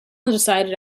undecided